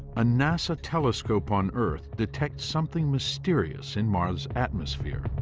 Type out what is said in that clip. a nasa telescope on earth, detects something mysterious in mars's atmosphere